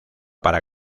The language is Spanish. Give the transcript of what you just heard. para